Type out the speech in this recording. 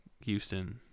Houston